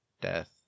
death